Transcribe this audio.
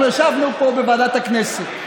אנחנו ישבנו פה בוועדת הכנסת,